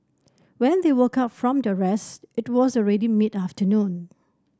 when they woke up from their rest it was already mid afternoon